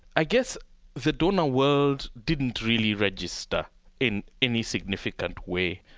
i guess the donor world didn't really register in any significant way.